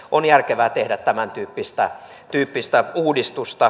on järkevää tehdä tämäntyyppistä uudistusta